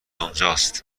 اونجاست